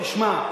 תשמע,